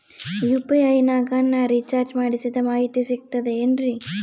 UPI ನಾಗ ನಾ recharge ಮಾಡಿಸಿದ ಮಾಹಿತಿ ಸಿಕ್ತದೆ ಏನ್ರಿ?